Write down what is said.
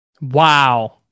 Wow